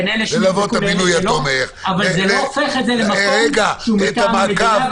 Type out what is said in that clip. אבל זה לא הופך את זה למקום שהוא מטעם המדינה,